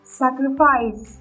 sacrifice